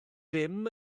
ddim